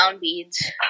beads